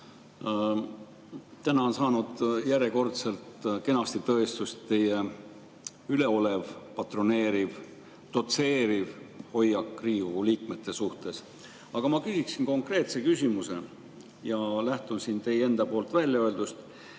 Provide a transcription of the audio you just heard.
Täna on saanud järjekordselt kenasti tõestust teie üleolev, patroneeriv ja dotseeriv hoiak Riigikogu liikmete suhtes. Ma küsin konkreetse küsimuse ja lähtun teie enda väljaöeldust.